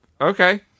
Okay